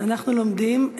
אנחנו לומדים.